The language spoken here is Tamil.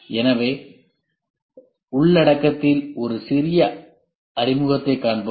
எனவே உள்ளடக்கத்தில் ஒரு சிறிய அறிமுகத்தைக் காண்போம்